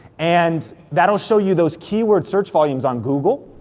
and that'll show you those keyword search volumes on google,